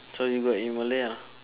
so you good in malay ah